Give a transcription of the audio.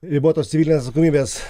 ribotos civilinės atsakomybės